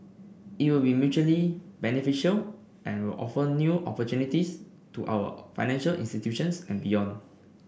it will be mutually beneficial and will offer new opportunities to our financial institutions and beyond